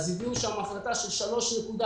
אז העבירו החלטה של 3.2